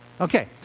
Okay